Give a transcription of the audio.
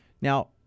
Now